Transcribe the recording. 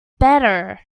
better